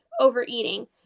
overeating